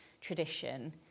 tradition